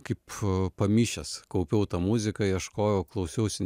kaip pamišęs kaupiau tą muziką ieškojau klausiausi